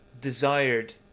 desired